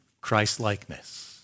Christ-likeness